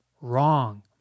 wrong